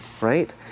right